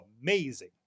amazing